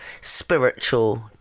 spiritual